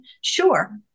Sure